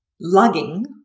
lugging